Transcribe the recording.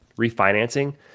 refinancing